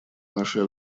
нашей